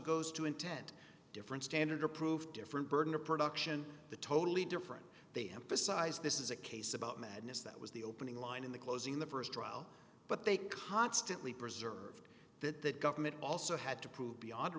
goes to intent different standard approved different burden of production the totally different they emphasize this is a case about madness that was the opening line in the closing the first trial but they constantly preserved that the government also had to prove beyond